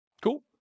Cool